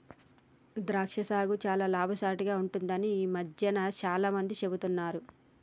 ద్రాక్ష సాగు చాల లాభసాటిగ ఉంటుందని ఈ మధ్యన చాల మంది చెపుతున్నారు